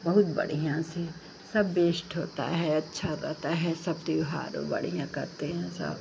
बहुत बढ़ियाँ से सब बेस्ट होता है अच्छा रहता है सब त्योहारो बढ़ियाँ करते हैं सब